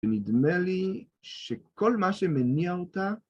ונדמה לי שכל מה שמניע אותה